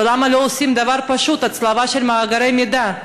ולמה לא עושים דבר פשוט, הצלבה של מאגרי מידע?